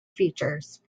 features